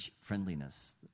friendliness